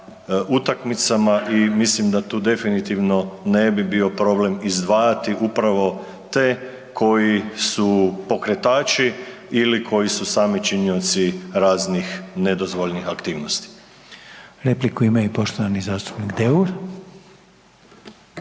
utakmicama i mislim da tu definitivno ne bi bio problem izdvajati upravo te koji su pokretači ili koji su sami činioci raznih nedozvoljenih aktivnosti. **Reiner, Željko (HDZ)** Repliku ima i poštovani zastupnik Deur.